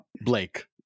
blake